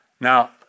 Now